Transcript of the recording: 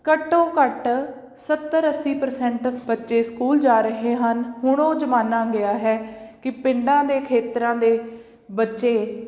ਘੱਟੋ ਘੱਟ ਸੱਤਰ ਅੱਸੀ ਪ੍ਰਸੈਂਟ ਬੱਚੇ ਸਕੂਲ ਜਾ ਰਹੇ ਹਨ ਹੁਣ ਉਹ ਜ਼ਮਾਨਾ ਗਿਆ ਹੈ ਕਿ ਪਿੰਡਾਂ ਦੇ ਖੇਤਰਾਂ ਦੇ ਬੱਚੇ